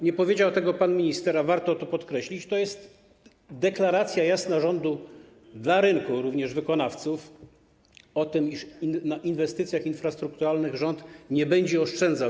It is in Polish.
Nie powiedział tego pan minister, a warto to podkreślić: jest deklaracja jasna rządu dla rynku, również wykonawców, o tym, iż na inwestycjach infrastrukturalnych rząd nie będzie oszczędzał.